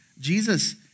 Jesus